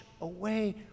away